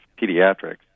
Pediatrics